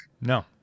no